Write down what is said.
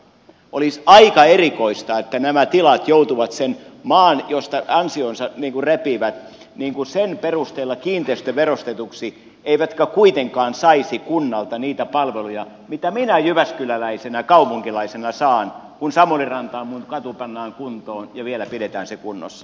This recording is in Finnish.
olisi aika erikoista että nämä tilat joutuvat sen maan josta ansionsa repivät perusteella kiinteistöverotetuiksi eivätkä kuitenkaan saisi kunnalta niitä palveluja joita minä jyväskyläläisenä kaupunkilaisena saan kun samulinranta minun katuni pannaan kuntoon ja vielä pidetään se kunnossa